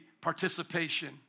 participation